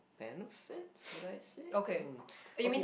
benefits would I say um okay